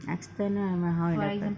external environment how it affect